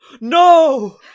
No